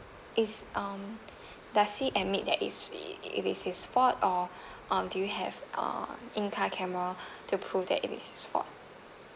it's um does he admit that it's i~ i~ it is his fault or um do you have a in-car camera to prove that it is his fault